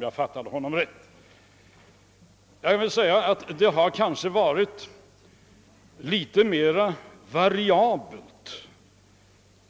Ja, regeringens bostadspolitiska program har kanske varit litet mer variabelt